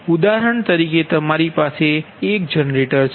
ઉદાહરણ તરીકે તમારી પાસે જનરેટર છે